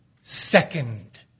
Second